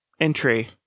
entry